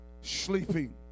sleeping